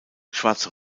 schwarze